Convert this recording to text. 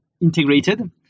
integrated